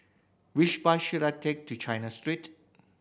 which bus should I take to China Street